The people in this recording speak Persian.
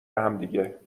همدیگه